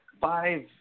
five